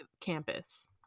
campus